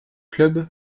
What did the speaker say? club